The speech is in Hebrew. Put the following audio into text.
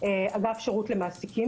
אגף שירות למעסיקים,